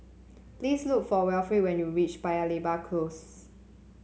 please look for Wilfrid when you reach Paya Lebar Close